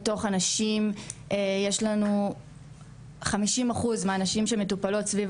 מתוך הנשים יש לנו 50% מהנשים שמטופלות סביב